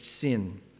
sin